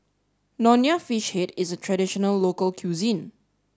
Nonya Fish Head is a traditional local cuisine